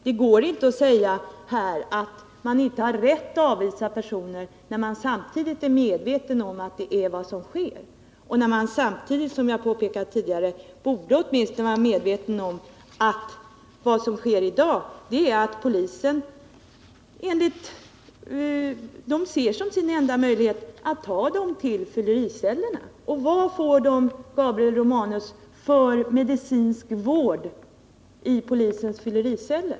Här går det inte att säga att man inte har rätt att avvisa personer, när man samtidigt är medveten om att det är vad som sker och när man, som jag påpekat tidigare, åtminstone borde vara medveten om att polisen i dag ser som sin enda möjlighet att ta alkoholmissbrukarna till fyllericellerna. Vad får de, Gabriel Romanus, för medicinsk vård i polisens fyllericeller?